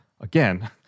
Again